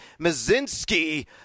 mazinski